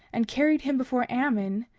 and carried him before ammon,